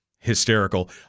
Hysterical